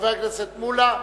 חבר הכנסת מולה,